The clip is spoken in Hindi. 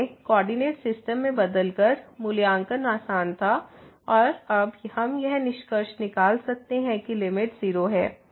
इसलिए कोऑर्डिनेट सिस्टम में बदलकर मूल्यांकन आसान था और अब हम यह निष्कर्ष निकाल सकते हैं कि लिमिट 0 है